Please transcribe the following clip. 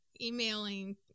emailing